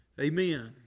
Amen